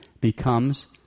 becomes